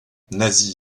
nasie